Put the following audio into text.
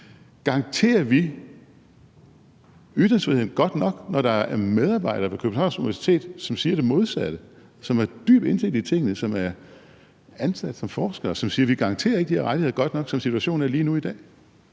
Garanterer vi ytringsfriheden godt nok, når der er medarbejdere på Københavns Universitet, som siger det modsatte? Det er medarbejdere, som har dyb indsigt i tingene, og som er ansat som forskere, der siger, at vi ikke garanterer de her rettigheder godt nok, som situationen er i dag.